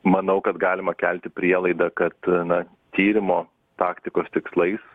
manau kad galima kelti prielaidą kad na tyrimo taktikos tikslais